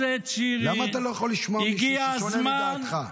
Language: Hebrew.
למה אתה לא יכול לשמוע מישהו ששונה מדעתך?